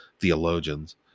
theologians